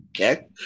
Okay